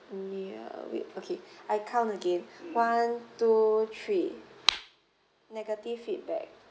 near wait okay I count again one two three negative feedback